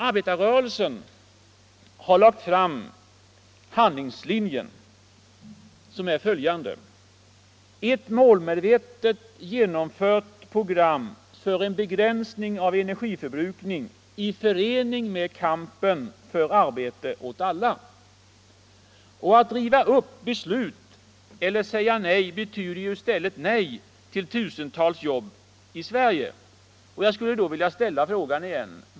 Arbetarrörelsen har lagt fast handlingslinjen: ett målmedvetet genomfört program för en begränsning av energiförbrukningen i förening med kampen för arbete åt alla. Att riva upp beslut eller säga nej betyder ju i stället nej till tusentals nya jobb i Sverige.